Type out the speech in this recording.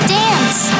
dance